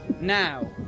Now